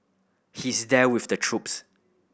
he's there with the troops